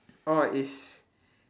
orh it's